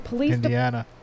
Indiana